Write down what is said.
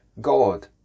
God